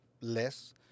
less